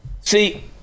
See